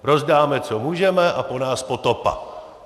Rozdáme, co můžeme, a po nás potopa.